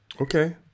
Okay